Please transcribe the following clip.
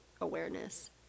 awareness